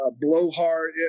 blowhard